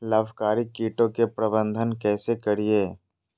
लाभकारी कीटों के प्रबंधन कैसे करीये?